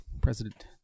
President